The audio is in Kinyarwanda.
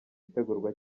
itegurwa